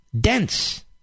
Dense